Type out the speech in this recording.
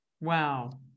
wow